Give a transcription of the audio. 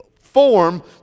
form